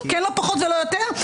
לא פחות ולא יותר,